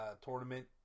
tournament